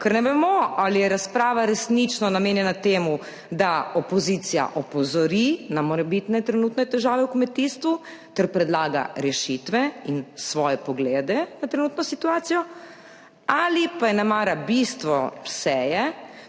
ker ne vemo ali je razprava resnično namenjena temu, da opozicija opozori na morebitne trenutne težave v kmetijstvu ter predlaga rešitve in svoje poglede na trenutno situacijo ali pa je nemara bistvo seje